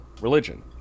religion